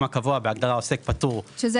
הקבוע בהגדרה "עוסק פטור" שבסעיף 1 לחוק מס ערך מוסף,